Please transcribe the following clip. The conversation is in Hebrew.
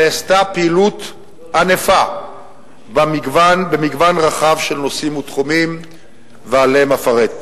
נעשתה פעילות ענפה במגוון רחב של נושאים ותחומים ועליהם אפרט.